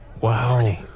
Wow